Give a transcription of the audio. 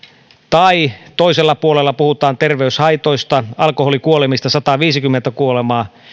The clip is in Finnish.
tai toisella puolella puhutaan terveyshaitoista alkoholikuolemista sataviisikymmentä kuolemaa